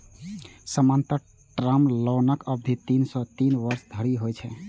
सामान्यतः टर्म लोनक अवधि तीन सं तीन वर्ष धरि होइ छै